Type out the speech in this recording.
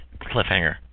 cliffhanger